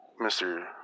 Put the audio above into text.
Mr